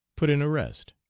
put in arrest.